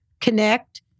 connect